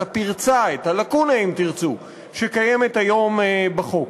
את הפרצה, את הלקונה, אם תרצו, שקיימת היום בחוק.